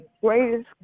greatest